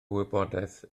wybodaeth